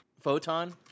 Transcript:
Photon